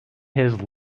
his